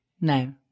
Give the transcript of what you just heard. No